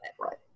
Right